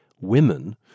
Women